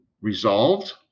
resolved